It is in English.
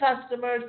customers